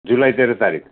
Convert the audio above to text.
जुलाई तेह्र तारिख